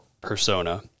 persona